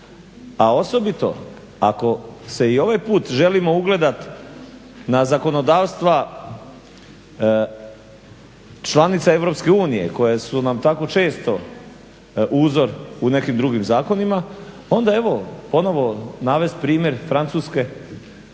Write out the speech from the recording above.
A osobito ako se i ovaj put želimo ugledati na zakonodavstva članica EU koja su nam tako često uzor u nekim drugim zakonima pa onda evo ponovno navesti primjer Francuske u